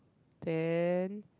then